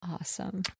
Awesome